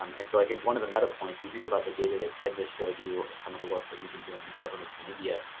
um and so i think one of the meta points, you think about the data that ted just showed you or some of the work that we've been doing with governments in india.